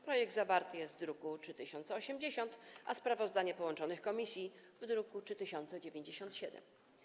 Projekt zawarty jest w druku nr 3080, a sprawozdanie połączonych komisji - w druku nr 3097.